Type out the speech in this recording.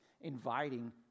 inviting